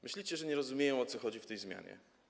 Myślicie, że nie rozumieją, o co chodzi w tej zmianie.